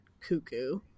cuckoo